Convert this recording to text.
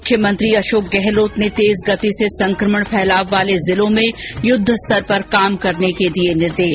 मुख्यमंत्री अशोक गहलोत ने तेज गति से संक्रमण के फैलाव वाले जिलों में युद्वस्तर पर काम करने के दिए निर्देश